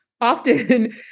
Often